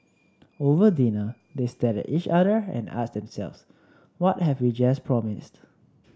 over dinner they stared at each other and asked themselves what have we just promised